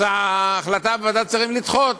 אז ההחלטה בוועדת השרים היא לדחות.